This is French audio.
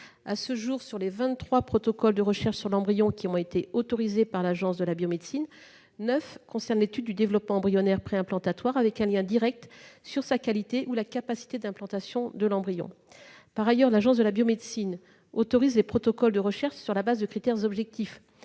À ce jour, sur les 23 protocoles de recherche sur l'embryon qui ont été autorisés par l'Agence de la biomédecine, 9 concernent l'étude du développement embryonnaire préimplantatoire, avec un lien direct sur sa qualité ou la capacité d'implantation de l'embryon. Par ailleurs, l'Agence de la biomédecine autorise les protocoles de recherche sur la base de critères objectifs,